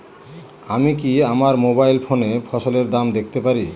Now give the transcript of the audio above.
আমি কি আমার মোবাইল ফোনে ফসলের দাম দেখতে পারি?